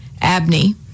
Abney